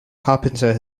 carpenter